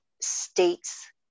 states